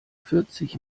vierzig